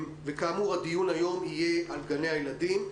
וכאמור, הדיון היום יהיה על גני הילדים.